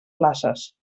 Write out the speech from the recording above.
places